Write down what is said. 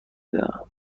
دهم